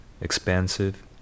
expansive